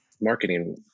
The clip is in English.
marketing